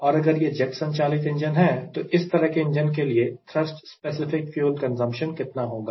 और अगर यह जेट संचालित इंजन है तो इस तरह के इंजन के लिए थ्रस्ट स्पेसिफिक फ्यूल कंजप्शन कितना होगा